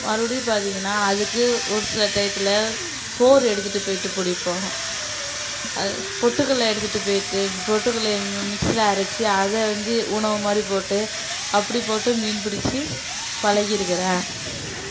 மறுபடியும் பார்த்தீங்கன்னா அதுக்கு ஒரு சில டைத்தில் சோறு எடுத்துகிட்டு போயிட்டு பிடிப்போம் அதை பொட்டுக்கடல்ல எடுத்துகிட்டு போயிட்டு பொட்டுக்கல்லைய மி மிக்ஸியில் அரைச்சி அதை வந்து உணவு மாதிரி போட்டு அப்படி போட்டு மீன் பிடிச்சி பழகிருக்கிறேன்